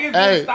hey